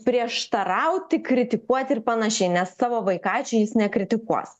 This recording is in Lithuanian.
prieštarauti kritikuoti ir panašiai nes savo vaikaičiojis nekritikuos